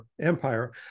Empire